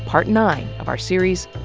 part nine of our series,